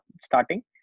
starting